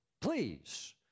please